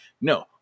no